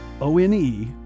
O-N-E